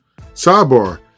Sidebar